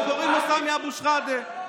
שקוראים לו סמי אבו שחאדה.